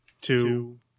two